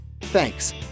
thanks